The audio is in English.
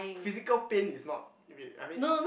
physical pain is not wait I mean